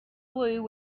blew